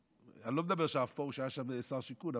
אני לא מדבר שהאפור שהיה שם היה שר השיכון,